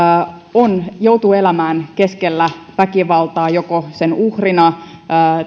joutuu elämään keskellä väkivaltaa joko sen uhrina